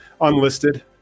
unlisted